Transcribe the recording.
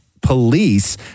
police